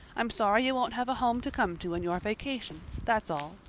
i'm sorry you won't have a home to come to in your vacations, that's all,